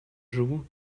живу